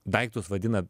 daiktus vadina